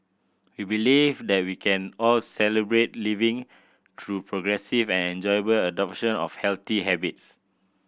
we believe that we can all Celebrate Living through progressive and enjoyable adoption of healthy habits